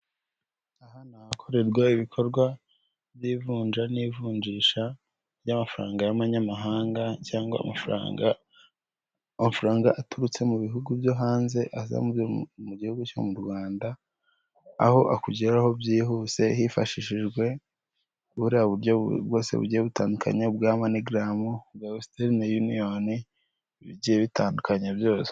Aha ni ahakorerwa ibikorwa by'ivunja n'ivunjisha ry'amafaranga y'amanyamahanga cyangwa amafaranga aturutse mu bihugu byo hanze aza mu gihugu cyo mu Rwanda aho akugeraho byihuse hifashishijwe buriya buryo bwose bugiye butandukanye bwa moneygram bwa western union bigiye bitandukanye byose.